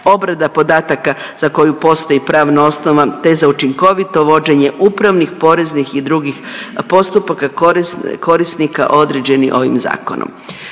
obrada podataka za koju postoji pravna osnova te za učinkovito vođenje upravnih, poreznih i drugih postupaka korisnika određenih ovim zakonom.